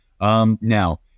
Now